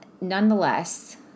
Nonetheless